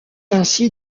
ainsi